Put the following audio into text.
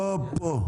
לא פה.